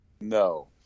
No